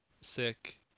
sick